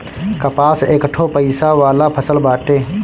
कपास एकठो पइसा वाला फसल बाटे